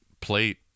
plate